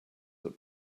that